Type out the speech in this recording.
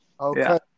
Okay